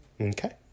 Okay